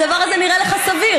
הדבר הזה נראה לך סביר?